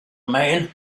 men